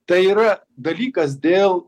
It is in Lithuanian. tai yra dalykas dėl